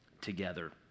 together